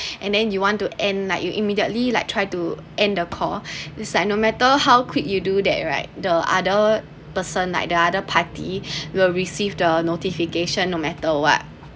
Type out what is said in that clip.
and then you want to end like you immediately like try to end the call is like no matter how quick you do that right the other person like the other party will receive the notification no matter what